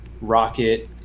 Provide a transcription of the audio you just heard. Rocket